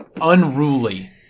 unruly